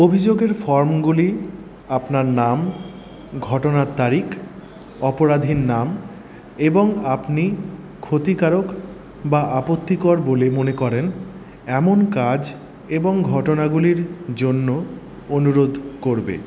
অভিযোগের ফর্মগুলি আপনার নাম ঘটনার তারিখ অপরাধীর নাম এবং আপনি ক্ষতিকারক বা আপত্তিকর বলে মনে করেন এমন কাজ এবং ঘটনাগুলির জন্য অনুরোধ করবে